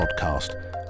Podcast